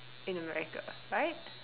in America right